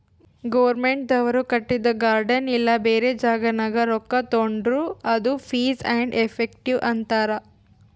ಗೌರ್ಮೆಂಟ್ದವ್ರು ಕಟ್ಟಿದು ಗಾರ್ಡನ್ ಇಲ್ಲಾ ಬ್ಯಾರೆ ಜಾಗನಾಗ್ ರೊಕ್ಕಾ ತೊಂಡುರ್ ಅದು ಫೀಸ್ ಆ್ಯಂಡ್ ಎಫೆಕ್ಟಿವ್ ಅಂತಾರ್